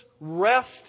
rest